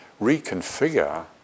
reconfigure